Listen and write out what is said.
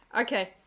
Okay